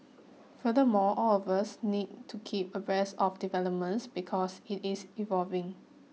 furthermore all of us need to keep abreast of developments because it is evolving